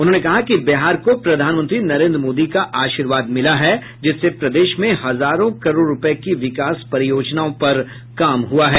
उन्होंने कहा कि बिहार को प्रधानमंत्री नरेंद्र मोदी का आशीर्वाद मिला है जिससे प्रदेश में हजारों करोड़ रूपये की विकास परियोजनाओं पर काम हुआ है